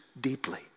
deeply